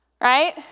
Right